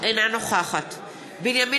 אינה נוכחת בנימין